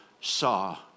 saw